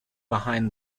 behind